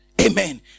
Amen